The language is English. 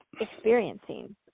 experiencing